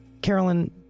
Carolyn